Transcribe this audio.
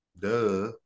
duh